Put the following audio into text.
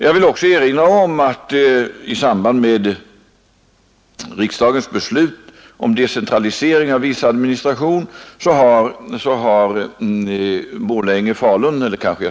Jag vill också erinra om att Falun—-Borlängeregionen har uppmärksammats i samband med riksdagens beslut om decentralisering av viss administration.